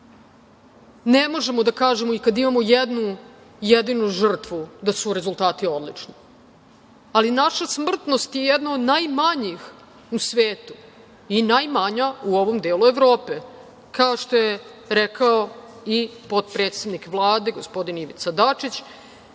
ne možemo da kažemo i kada imamo jednu jedinu žrtvu da su rezultati odlični. Ali, naša smrtnost je jedna od najmanjih u svetu i najmanja u ovom delu Evrope, kao što je rekao i potpredsednik Vlade, gospodin Ivica Dačić.